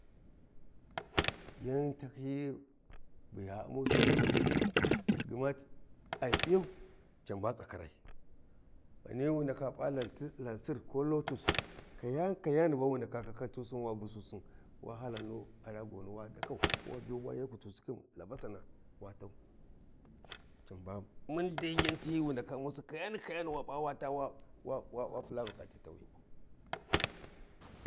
Yan tahyiyi bu ya ummu ʒi wuɗi wuɗi hma ai piyau can ba tsakarai gani wu ndaka pa Lansir ko Lotos kayana kayani ba wi ndaka kakantusin wa bususin wa hala nu ƙaragoni wa dakau wa Vyau wa yakutusi khin labasana wa tau can ba mun dai yan tahyiyi wi wu ndaka ummusi kayani kayana wa pa wa taa wa pula bu kati tawi.